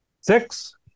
Six